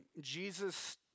Jesus